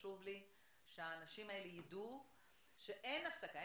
חשוב לי שהאנשים האלה ידעו שאין הפסקה,